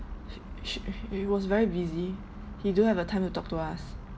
sh~ she he was very busy he don't have the time to talk to us